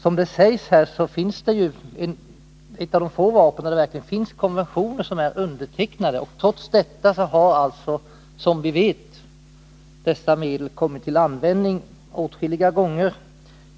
Som det sägs i svaret, är dessa vapen några av de få mot vilka man har undertecknat konventioner om förbud. Trots detta har alltså, som vi vet, sådana här stridsmedel kommit till användning åtskilliga gånger.